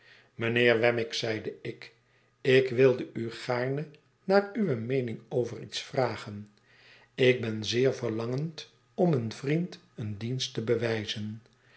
mijnheer wemmick zeide ik ik wilde u gaarne naar uwe meening over iets vragen ik ben zeer verlangend om een vriend een dienst te bewijzen